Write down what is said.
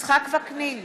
יצחק וקנין,